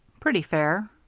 pretty fair.